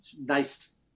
nice